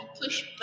push